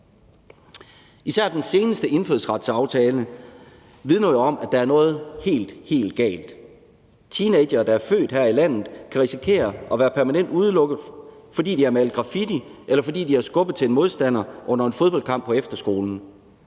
Især den seneste indfødsretsaftale vidner jo om, at der er noget helt, helt galt. Teenagere, der er født her i landet, kan risikere at være permanent udelukket, fordi de har malet graffiti, eller fordi de har skubbet til en modstander under en fodboldkamp på efterskolen.